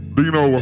Dino